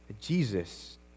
Jesus